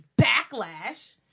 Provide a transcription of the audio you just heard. backlash